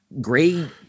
gray